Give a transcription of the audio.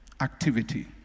activity